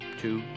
two